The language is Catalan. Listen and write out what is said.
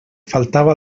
faltava